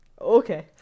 Okay